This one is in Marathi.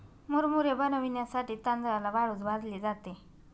मुरमुरे बनविण्यासाठी तांदळाला वाळूत भाजले जाते